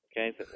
okay